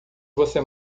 você